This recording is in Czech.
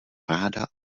ráda